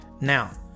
Now